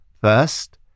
First